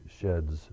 sheds